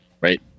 Right